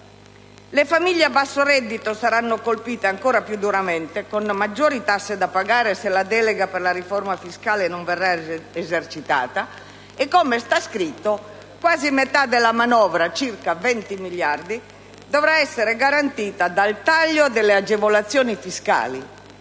Le famiglie a basso reddito saranno colpite ancora più duramente con maggiori tasse da pagare se la delega per la riforma fiscale non verrà esercitata. Come sta scritto, quasi metà della manovra, circa 20 miliardi, dovrà essere garantita dal taglio delle agevolazioni fiscali